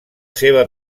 seva